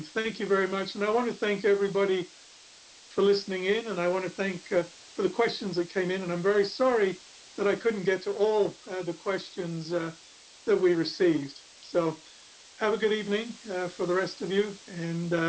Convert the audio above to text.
thank you, very much. and i want to thank everybody for listening in. and i want to thank ah for the questions that came in. and i'm very sorry that i couldn't get to all the questions that we received. so have a good evening for the rest of you, and